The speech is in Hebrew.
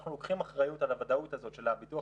אנחנו לוקחים אחריות על הוודאות הזאת של הביטוח